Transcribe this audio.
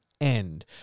end